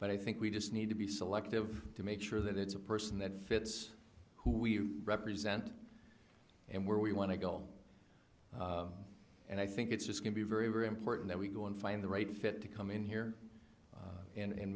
but i think we just need to be selective to make sure that it's a person that fits who we represent and where we want to go and i think it's just going to be very very important that we go and find the right fit to come in here and